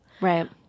Right